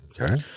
Okay